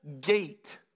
gate